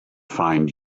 find